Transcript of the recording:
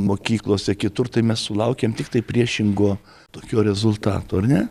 mokyklose kitur tai mes sulaukiam tiktai priešingo tokio rezultato ar ne